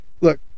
Look